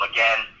Again